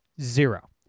Zero